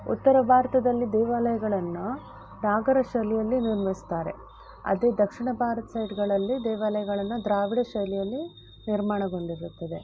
ಉತ್ತರ ಭಾರತದಲ್ಲಿ ದೇವಾಲಯಗಳನ್ನು ನಾಗರ ಶೈಲಿಯಲ್ಲಿ ನಿರ್ಮಿಸ್ತಾರೆ ಅದೇ ದಕ್ಷಿಣ ಭಾರತ ಸೈಡ್ಗಳಲ್ಲಿ ದೇವಾಲಯಗಳನ್ನು ದ್ರಾವಿಡ ಶೈಲಿಯಲ್ಲಿ ನಿರ್ಮಾಣಗೊಂಡಿರುತ್ತದೆ